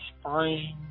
spring